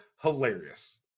hilarious